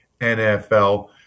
nfl